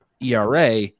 ERA